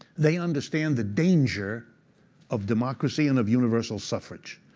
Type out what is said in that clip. they understand the danger of democracy and of universal suffrage.